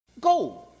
Go